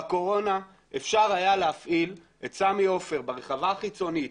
בקורונה היה אפשר להפעיל את סמי עופר ברחבה החיצונית,